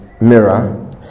mirror